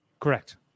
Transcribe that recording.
correct